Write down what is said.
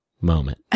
moment